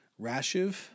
Rashiv